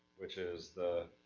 which is the,